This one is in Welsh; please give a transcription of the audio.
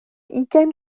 ugain